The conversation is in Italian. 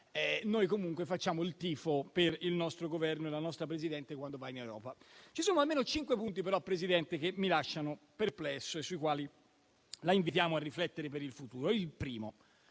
noi comunque facciamo il tifo per il nostro Governo e la nostra Presidente quando vanno in Europa. Ci sono almeno cinque punti però, Presidente, che mi lasciano perplesso e sui quali la invitiamo a riflettere per il futuro. Il primo: